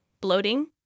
bloating